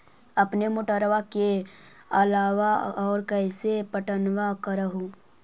अपने मोटरबा के अलाबा और कैसे पट्टनमा कर हू?